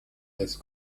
des